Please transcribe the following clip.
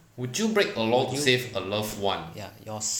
ya yours